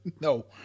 No